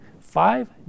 five